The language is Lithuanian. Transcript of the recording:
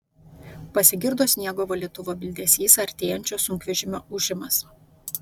pasigirdo sniego valytuvo bildesys artėjančio sunkvežimio ūžimas